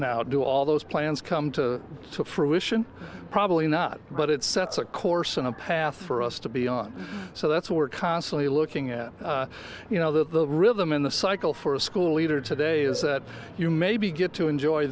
now do all those plans come to fruition probably not but it sets a course on a path for us to be on so that's we're constantly looking at you know the rhythm in the cycle for a school leader today is that you maybe get to enjoy